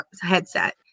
headset